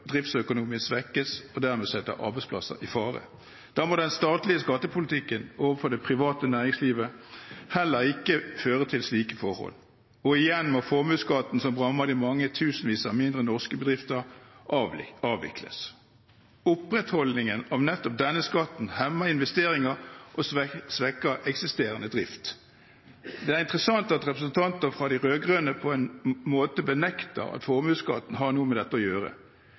driftsøkonomien svekkes og dermed setter arbeidsplasser i fare. Da må den statlige skattepolitikken overfor det private næringslivet heller ikke føre til slike forhold. Og igjen må formuesskatten, som rammer de mange tusenvis av mindre norske bedrifter, avvikles. Opprettholdelse av nettopp denne skatten hemmer investeringer og svekker eksisterende drift. Det er interessant at representanter fra de rød-grønne på en måte benekter at formuesskatten har noe med dette å gjøre.